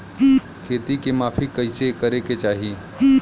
खेत के माफ़ी कईसे करें के चाही?